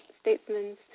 statesman's